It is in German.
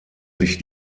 sich